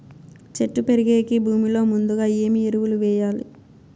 చెట్టు పెరిగేకి భూమిలో ముందుగా ఏమి ఎరువులు వేయాలి?